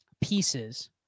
pieces